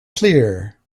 clear